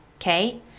Okay